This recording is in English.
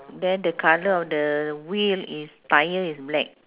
then the colour of the wheel is tire is black